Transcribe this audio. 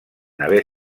haver